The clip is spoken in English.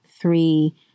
three